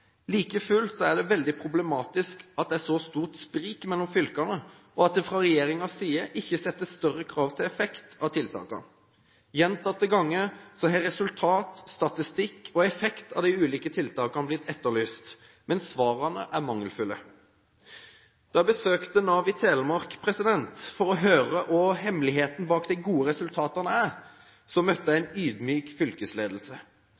Like fullt er det veldig problematisk at det er så stort sprik mellom fylkene, og at det fra regjeringens side ikke settes større krav til effekt av tiltakene. Gjentatte ganger har resultater, statistikk og effekt av de ulike tiltakene blitt etterlyst, men svarene er mangelfulle. Da jeg besøkte Nav i Telemark for å høre hva hemmeligheten bak de gode resultatene er, møtte jeg